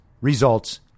results